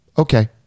okay